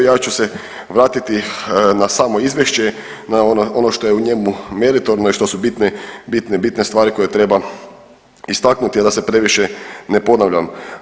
Ja ću se vratiti na samo izvješće, na ono što je u njemu meritorno i što su bitne, bitne stvari koje treba istaknuti a da se previše ne ponavljam.